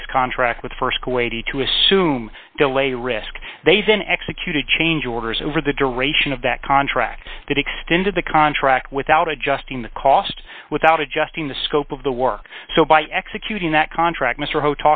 price contract with st queta to assume delay risk they then executed change orders over the duration of that contract that extended the contract without adjusting the cost without adjusting the scope of the work so by executing that contract mr ho